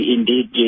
Indeed